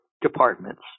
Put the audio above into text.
departments